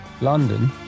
London